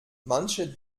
manche